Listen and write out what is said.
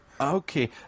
okay